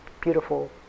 beautiful